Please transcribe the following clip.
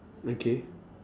okay